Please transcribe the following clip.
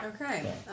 Okay